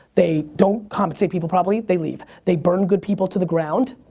they don't compensate people properly. they leave. they burn good people to the ground.